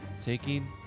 taking